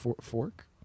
Fork